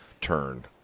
turn